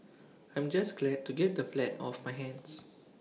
I'm just glad to get the flat off my hands